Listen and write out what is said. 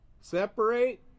Separate